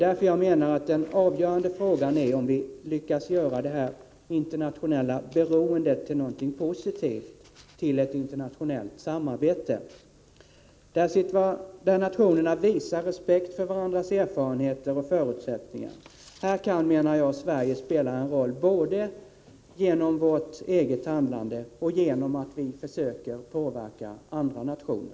Därför menar jag att den avgörande frågan är om vi lyckas göra det internationella beroendet till något positivt, till ett internationellt samarbete, där nationerna visar respekt för varandras erfarenheter och förutsättningar. På detta område kan Sverige spela en roll både genom vårt eget handlande och genom att försöka påverka andra nationer.